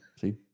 See